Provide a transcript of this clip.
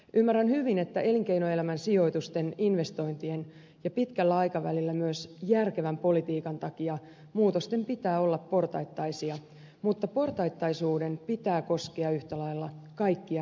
ymmärrän hyvin että elinkeinoelämän sijoitusten investointien ja pitkällä aikavälillä myös järkevän politiikan takia muutosten pitää olla portaittaisia mutta portaittaisuuden pitää koskea yhtä lailla kaikkia muutoksia